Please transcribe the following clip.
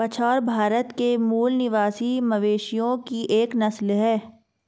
बछौर भारत के मूल निवासी मवेशियों की एक नस्ल है